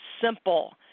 simple